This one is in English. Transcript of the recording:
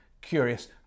curious